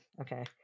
Okay